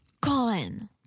Colin